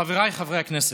חבריי חברי הכנסת,